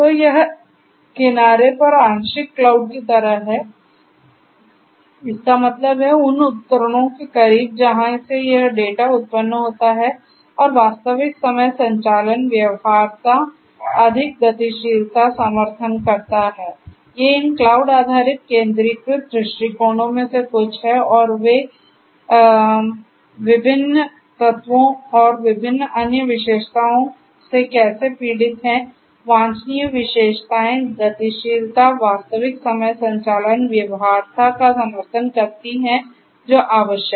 तो यह किनारे पर आंशिक क्लाउड की तरह है इसका मतलब है उन उपकरणों के करीब जहां से यह डेटा उत्पन्न होता है और वास्तविक समय संचालन व्यवहार्यता अधिक गतिशीलता समर्थन करता है ये इन क्लाउड आधारित केंद्रीकृत दृष्टिकोणों में से कुछ हैं और वे इन विभिन्न तत्वों और विभिन्न अन्य विशेषताओं से कैसे पीड़ित हैं वांछनीय विशेषताएं गतिशीलता वास्तविक समय संचालन व्यवहार्यता का समर्थन करती हैं जो आवश्यक हैं